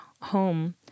home